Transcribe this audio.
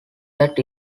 that